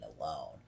alone